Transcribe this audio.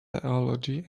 theology